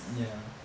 ya